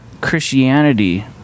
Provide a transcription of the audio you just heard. Christianity